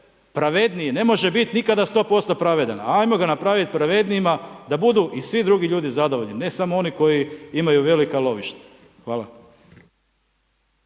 pravedniji, ne može biti nikad 100% pravedan, ajmo ga napraviti pravednijima, da budu i svi drugi ljudi zadovoljni, ne samo oni koji imaju velika lovišta. Hvala.